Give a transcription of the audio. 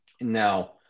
Now